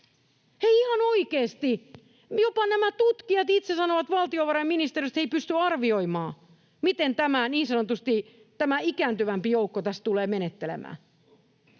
Hei, ihan oikeasti, jopa nämä tutkijat itse sanovat, että valtiovarainministeriöstä ei pystytä arvioimaan, miten tämä niin sanotusti ikääntyvämpi joukko tässä tulee menettelemään.